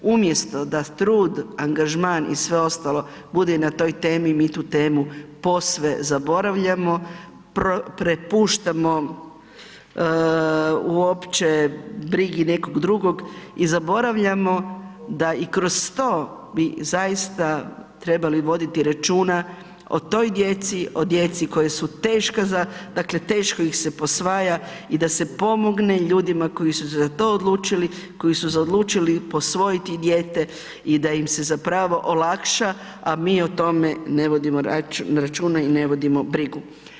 Umjesto da trud, angažman i sve ostalo bude na toj temi, mi tu temu posve zaboravljamo, prepuštamo uopće brigi nekog drugog i zaboravljamo da i kroz to bi zaista trebali voditi računa o toj djeci, o djeci kojoj su teška, dakle teško ih posvaja i da se pomogne ljudima koji su se za to odlučili, koji su se odlučili posvojiti dijete i da im se zapravo olakša, a mi o tome ne vodimo računa i ne vodimo brigu.